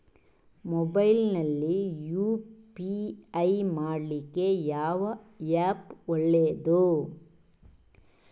Mobile ನಲ್ಲಿ UPI ಮಾಡ್ಲಿಕ್ಕೆ ಯಾವ ಆ್ಯಪ್ ಒಳ್ಳೇದು?